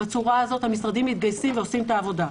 בצורה הזאת המשרדים מתגייסים ועושים את העבודה.